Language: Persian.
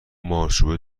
مارچوبه